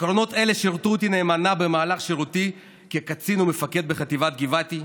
עקרונות אלה שירתו אותי נאמנה במהלך שירותי כקצין ומפקד בחטיבת גבעתי,